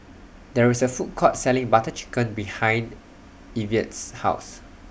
There IS A Food Court Selling Butter Chicken behind Ivette's House